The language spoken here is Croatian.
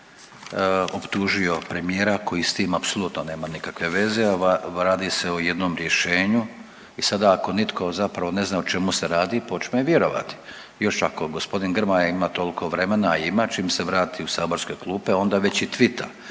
točne, optužio premijera koji s tim apsolutno nema nikakve veze, a radi se o jednom rješenju i sada ako nitko zapravo ne zna o čemu se radi počne vjerovati, još ako g. Grmoja ima toliko vremena, a ima čim se vrati u saborske klupe onda već i twita